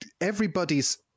everybody's